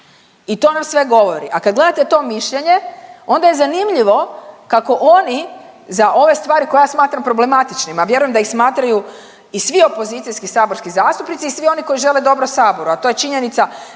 i to nam sve govori. A kad gledate to mišljenje, onda je zanimljivo kako oni, za ove stvari koje ja smatram problematičnima, a vjerujem da ih smatraju i svi opozicijski saborski zastupnici i svi oni koji žele dobro Saboru, a to je činjenica